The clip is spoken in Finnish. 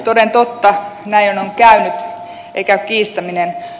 toden totta näin on käynyt ei käy kiistäminen